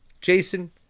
Jason